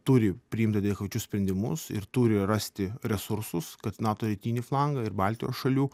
turi priimt adekvačius sprendimus ir turi rasti resursus kad nato rytinį flangą ir baltijos šalių